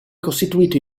costituito